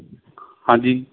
ਹਾਂਜੀ